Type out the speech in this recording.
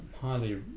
highly